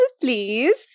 please